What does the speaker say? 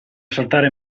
saltare